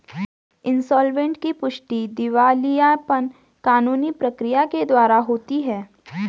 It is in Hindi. इंसॉल्वेंट की पुष्टि दिवालियापन कानूनी प्रक्रिया के द्वारा होती है